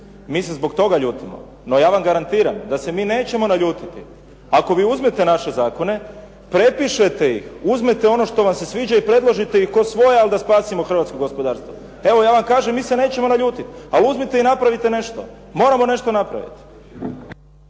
Mi se zbog toga ljutimo, no ja vam garantiram da se mi nećemo naljutiti ako vi uzmete naše zakone, prepišete ih, uzmete ono što vam se sviđa i predložite ih kao svoje ali da spasimo hrvatsko gospodarstvo. Evo ja vam kažem, mi se nećemo naljutiti, ali uzmite i napravite nešto moramo nešto napraviti.